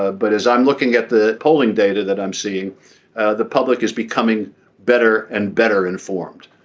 ah but as i'm looking at the polling data that i'm seeing the public is becoming better and better informed.